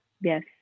Yes